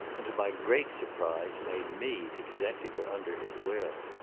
and, to my great surprise, made me executor under his will.